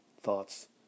thoughts